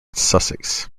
sussex